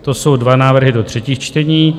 To jsou dva návrhy do třetích čtení.